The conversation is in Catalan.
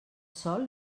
sol